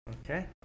Okay